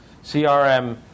CRM